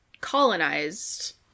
colonized